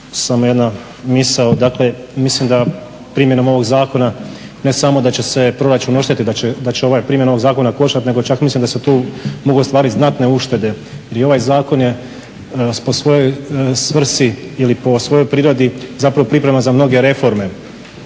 samo jedna misao. Dakle, mislim da primjenom ovog zakona ne samo da će se proračun oštetiti, da će primjena ovog zakona koštati, nego čak mislim da se tu mogu ostvariti znatne uštede. Ovaj zakon je po svojoj svrsi ili po svojoj prirodi zapravo priprema za mnoge reforme.